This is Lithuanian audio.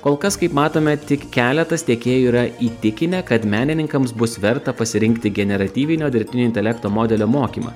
kol kas kaip matome tik keletas tiekėjų yra įtikinę kad menininkams bus verta pasirinkti generatyvinio dirbtinio intelekto modelio mokymą